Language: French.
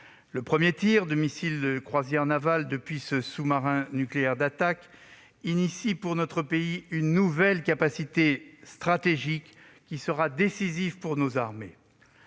Le premier tir de missile de croisière naval depuis ce SNA inaugure pour notre pays une nouvelle capacité stratégique, qui sera décisive pour nos armées.